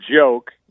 joke